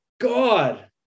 God